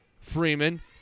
Freeman